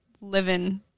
living